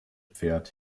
pferd